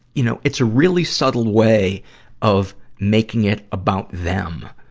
you know, it's a really subtle way of making it about them.